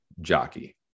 jockey